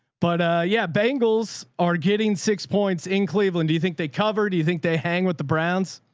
but yeah. bengals are getting six points in cleveland. do you think they cover, do you think they hang with the browns?